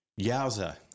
Yowza